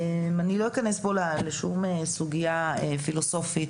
אני לא אכנס פה לשום סוגיה פילוסופית